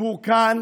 הסיפור כאן